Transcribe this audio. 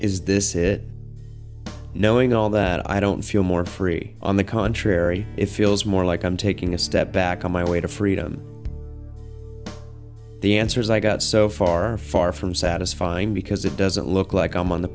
is this it knowing all that i don't feel more free on the contrary it feels more like i'm taking a step back on my way to freedom the answers i got so far far from satisfying because it doesn't look like i'm on the